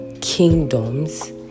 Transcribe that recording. kingdoms